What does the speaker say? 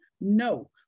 No